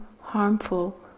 harmful